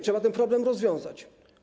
Trzeba ten problem rozwiązać.